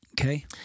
Okay